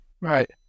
Right